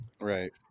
Right